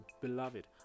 Beloved